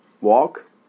walk